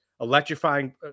electrifying